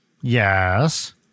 Yes